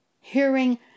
hearing